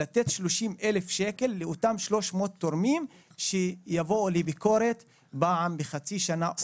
לתת 30 אלף שקל לאותם 300 תורמים שיבואו לביקורת פעם בחצי שנה או בשנה.